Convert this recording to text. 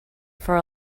for